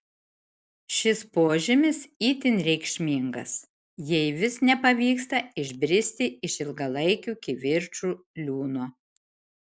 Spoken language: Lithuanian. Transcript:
šis požymis itin reikšmingas jei vis nepavyksta išbristi iš ilgalaikių kivirčų liūno